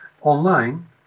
Online